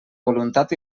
voluntat